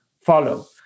follow